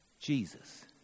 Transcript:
Jesus